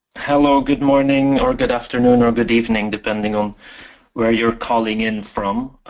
hello. good morning or good afternoon or good evening depending on where you're calling in from.